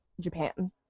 Japan